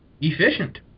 efficient